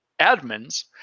admins